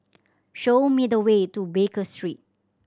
show me the way to Baker Street